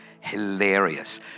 Hilarious